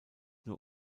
nur